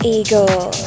Eagle